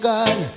God